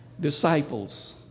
disciples